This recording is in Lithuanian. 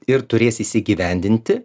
ir turės įsigyvendinti